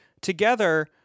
together